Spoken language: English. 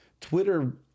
Twitter